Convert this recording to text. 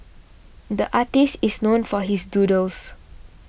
the artist is known for his doodles